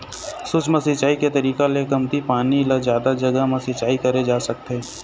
सूक्ष्म सिंचई के तरीका ले कमती पानी ल जादा जघा म सिंचई करे जा सकत हे